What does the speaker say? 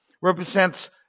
represents